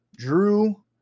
Drew